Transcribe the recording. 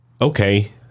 okay